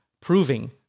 proving